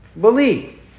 Believe